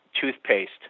toothpaste